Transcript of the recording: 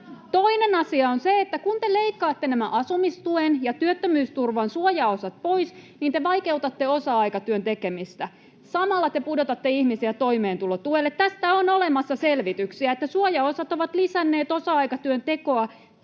Toinen asia on se, että kun te leikkaatte nämä asumistuen ja työttömyysturvan suojaosat pois, niin te vaikeutatte osa-aikatyön tekemistä. Samalla te pudotatte ihmisiä toimeentulotuelle. Tästä on olemassa selvityksiä, että suojaosat ovat lisänneet osa-aikatyön tekoa